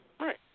Right